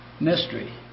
Mystery